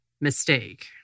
mistake